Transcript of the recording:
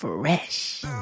Fresh